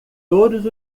todos